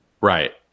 Right